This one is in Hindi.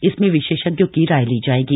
इसमें विशेषज्ञों की राय ली जाएगी